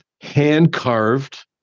hand-carved